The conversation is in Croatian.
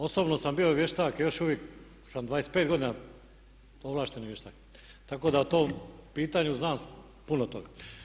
Osobno sam bio vještak i još uvijek sam 25 godina ovlašteni vještak tako da u tom pitanju znam puno toga.